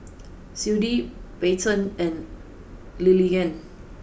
Clydie Bryton and Lillianna